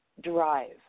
drive